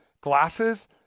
glasses